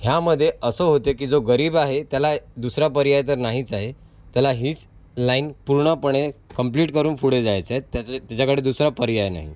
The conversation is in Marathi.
ह्यामध्ये असं होते की जो गरीब आहे त्याला दुसरा पर्याय तर नाहीच आहे त्याला हीच लाईन पूर्णपणे कंप्लीट करून पुढे जायचं आहे त्याच्या त्याच्याकडे दुसरा पर्याय नाही